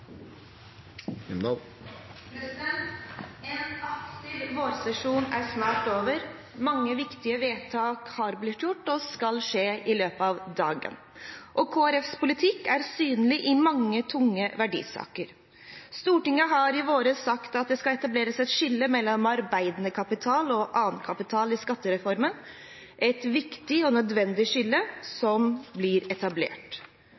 blitt gjort og skal gjøres i løpet av dagen, og Kristelig Folkepartis politikk er synlig i mange tunge verdisaker. Stortinget har i vår sagt at det skal etableres et skille mellom arbeidende kapital og annen kapital i skattereformen – et viktig og nødvendig skille blir etablert.